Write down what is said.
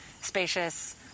spacious